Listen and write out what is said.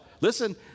Listen